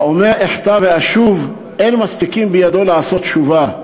האומר אחטא ואשוב, אין מספיקין בידו לעשות תשובה.